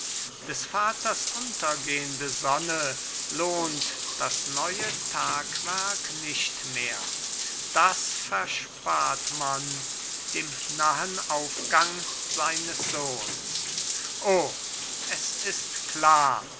des vaters untergehnde sonne lohnt das neue tagwerk nicht mehr das verspart man dem nahen aufgang seines sohns o es ist klar